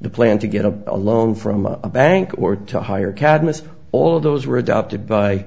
the plan to get a loan from a bank or to hire cadmus all of those were adopted by